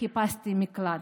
חיפשתי מקלט.